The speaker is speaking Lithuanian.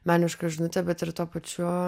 menišką žinutę bet ir tuo pačiu